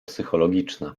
psychologiczna